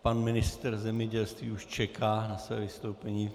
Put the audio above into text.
Pan ministr zemědělství už čeká na své vystoupení.